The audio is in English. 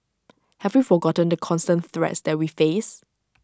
have we forgotten the constant threats that we face